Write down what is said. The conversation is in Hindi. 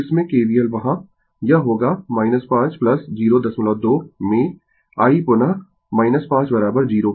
तो इसमें KVL वहाँ यह होगा 5 02 में i पुनः 5 0